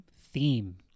theme